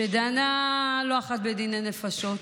שדנה לא אחת בדיני נפשות,